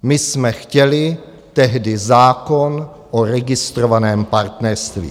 My jsme chtěli tehdy zákon o registrovaném partnerství.